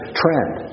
trend